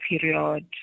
period